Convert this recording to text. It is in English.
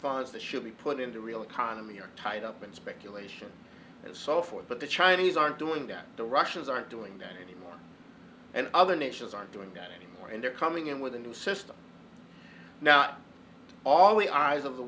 funds that should be put into real economy are tied up in speculation and so forth but the chinese are doing that the russians aren't doing that anymore and other nations are doing that anymore and they're coming in with a new system now all we are eyes of the